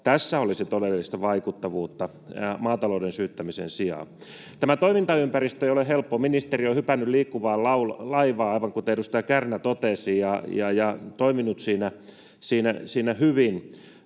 Tässä olisi todellista vaikuttavuutta maatalouden syyttämisen sijaan. Tämä toimintaympäristö ei ole helppo. Ministeriö on hypännyt liikkuvaan laivaan, aivan kuten edustaja Kärnä totesi, ja toiminut siinä hyvin.